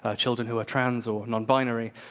ah children who are trans or nonbinary,